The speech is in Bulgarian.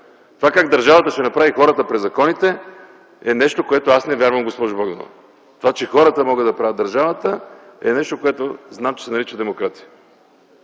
Това как държавата ще направи хората през законите е нещо, в което аз не вярвам, госпожо Богданова! Това, че хората могат да правят държавата, е нещо, което знам, че се нарича демокрация.